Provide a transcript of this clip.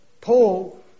Paul